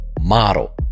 model